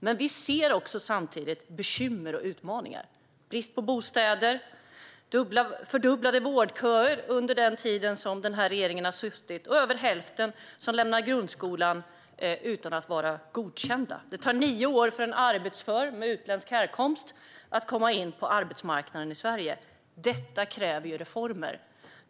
Men vi ser också samtidigt bekymmer och utmaningar: brist på bostäder, fördubblade vårdköer under den tid denna regering har suttit och över hälften som lämnar grundskolan utan att vara godkända. Det tar nio år för en arbetsför med utländsk härkomst att komma in på arbetsmarknaden i Sverige. Detta kräver reformer.